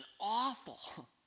awful